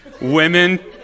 women